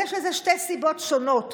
יש לזה שתי סיבות שונות,